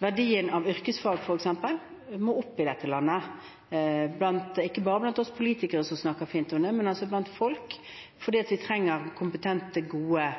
For eksempel må verdien av yrkesfag opp i dette landet, ikke bare blant oss politikere, som snakker fint om det, men også blant folk, for vi trenger kompetente, gode